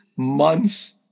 months